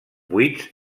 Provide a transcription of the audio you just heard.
buits